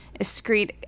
excrete